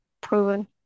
proven